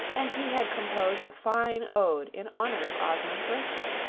and he had composed a fine ode in honor of ozma's birthday.